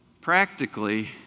Practically